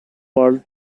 pearl